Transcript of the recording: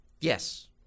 Yes